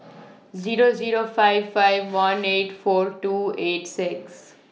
Zero Zero five five one eight four two eight six